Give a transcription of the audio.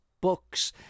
books